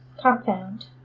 compound